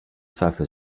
zweifel